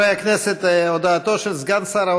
אני רוצה להבהיר את ההודעה שמסרתי קודם בנוגע